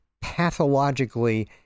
pathologically